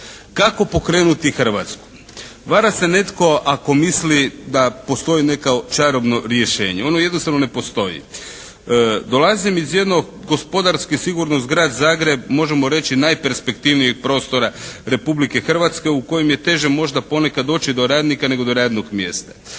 Kako pokrenuti Hrvatsku? Vara se netko ako misli da postoji neko čarobno rješenje. Ono jednostavno ne postoji. Dolazim iz jednog gospodarski sigurno uz Grad Zagreb možemo reći najperspektivnijih prostora Republike Hrvatske u kojem je teže možda ponekad doći do radnika, nego do radnog mjesta.